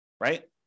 right